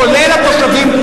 כולל התושבים.